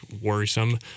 worrisome